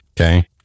okay